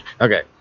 Okay